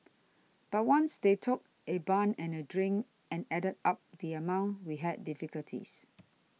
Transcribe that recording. but once they took a bun and a drink and added up the amount we had difficulties